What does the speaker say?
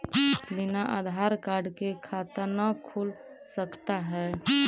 बिना आधार कार्ड के खाता न खुल सकता है?